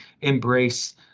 embrace